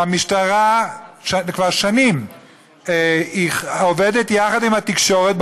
שהמשטרה שכבר שנים עובדת יחד עם התקשורת,